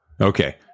Okay